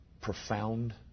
profound